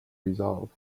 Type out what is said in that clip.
resolve